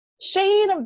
Shane